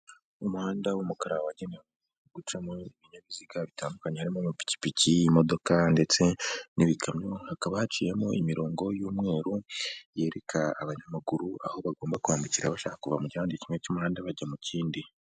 Umuhanda w'umukara wagenewe gucamo ibinyabiziga bitandukanye harimo amapikipiki, imodoka ndetse n'ibikamyo hakaba haciyemo imirongo y'umweru yereka abanyamaguru aho bagomba kwambukira bashaka kuva mu gi kimwe cy'umuhanda bajya mu kindi.